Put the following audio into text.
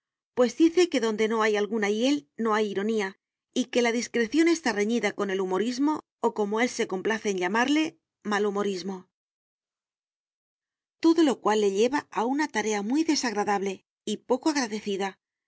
pues dice que donde no hay alguna hiel no hay ironía y que la discreción está reñida con el humorismo o como él se complace en llamarle malhumorismo todo lo cual le lleva a una tarea muy desagradable y poco agradecida de